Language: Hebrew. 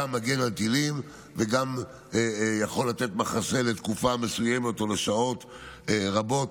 מגן מטילים וגם יכול לתת מחסה לתקופה מסוימת או לשעות רבות,